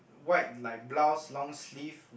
white like blouse long sleeves